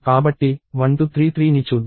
కాబట్టి 1233ని చూద్దాం